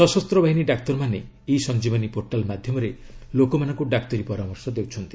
ସଶସ୍ତ ବାହିନୀ ଡାକ୍ତରମାନେ ଇ ସଞ୍ଜିବନୀ ପୋର୍ଟାଲ୍ ମାଧ୍ୟମରେ ଲୋକମାନଙ୍କୁ ଡାକ୍ତରୀ ପରାମର୍ଶ ଦେଉଛନ୍ତି